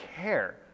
care